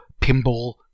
pinball